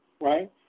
Right